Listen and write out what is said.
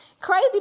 Crazy